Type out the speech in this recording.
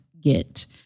get